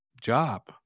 job